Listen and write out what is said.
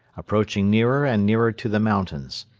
approaching nearer and nearer to the mountains.